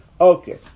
Okay